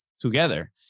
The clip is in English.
together